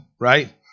right